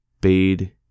bade